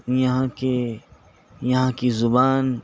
یہاں کے یہاں کی زبان